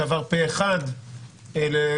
שעברו פה אחד קואליציה-אופוזיציה.